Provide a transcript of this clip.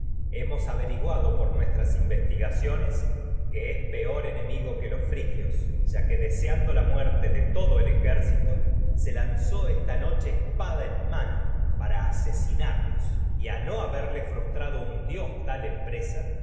migo el por nuestras investigaciones que es ene que los frigios ya que deseando la muerte de todo se a ejército lanzó esta noche espada en mano para ase no sinarnos y haberle frustrado un dios tal empresa